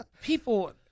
People